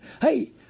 hey